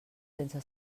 sense